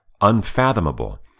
Unfathomable